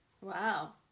Wow